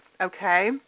okay